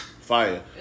fire